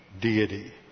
deity